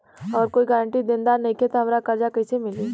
अगर कोई गारंटी देनदार नईखे त हमरा कर्जा कैसे मिली?